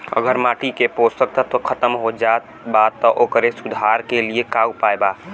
अगर माटी के पोषक तत्व खत्म हो जात बा त ओकरे सुधार के लिए का उपाय बा?